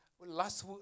last